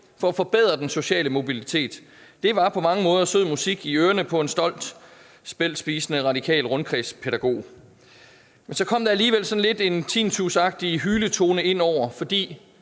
for at forbedre den sociale mobilitet. Det var på mange måder sød musik i ørerne på en stolt speltspisende radikal rundkredspædagog. Så kom der alligevel en lidt tinnitusagtig hyletone ind over, for